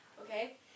okay